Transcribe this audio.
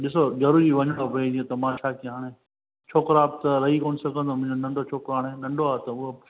त ॾिसो जरुरी वञिणी पवंदी त मां छा कया छोकिरा त रही कोन्ह सघंदो मुंहिंजो नंढो छोकिरो आहे हाणे नंढो आहे त हूअ